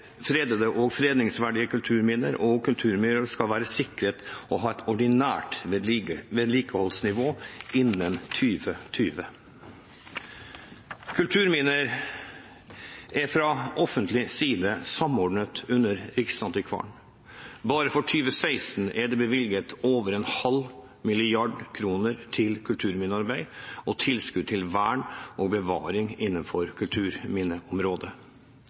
Fredede og verneverdige kulturminner skal være sikret å ha et ordinært vedlikeholdsnivå innen 2020. Kulturminner er fra det offentliges side samordnet under Riksantikvaren. Bare for 2016 er det bevilget over 0,5 mrd. kr til kulturminnearbeid og tilskudd til vern og bevaring innenfor kulturminneområdet.